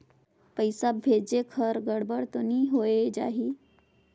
पइसा भेजेक हर गड़बड़ तो नि होए जाही?